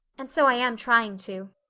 and so i am trying to.